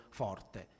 forte